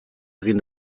egin